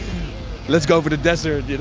let's go for the desert, you know?